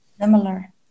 Similar